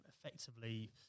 effectively